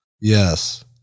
yes